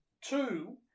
two